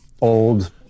old